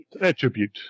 Attribute